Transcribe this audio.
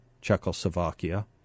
Czechoslovakia